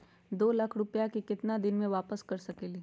दो लाख रुपया के केतना दिन में वापस कर सकेली?